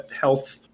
health